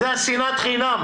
אתה יודע, שנאת חינם.